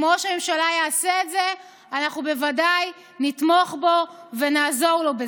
אם ראש הממשלה יעשה את זה אנחנו בוודאי נתמוך בו ונעזור לו בזה.